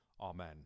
Amen